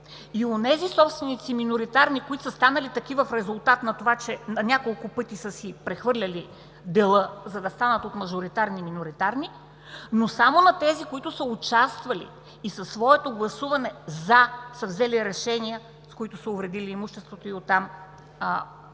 и онези собственици – миноритарни, които са станали такива в резултат на това, че на няколко пъти са си прехвърляли дела, за да станат от мажоритарни миноритарни, но само на тези, които са участвали и със своето гласуване „за“ са взели решения, с които са увредили имуществото и от там са